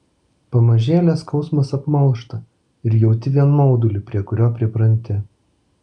pamažėle skausmas apmalšta ir jauti vien maudulį prie kurio pripranti